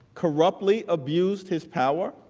corruptly abused his power